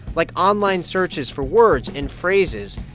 like online searches for words and phrases,